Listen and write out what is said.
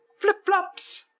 flip-flops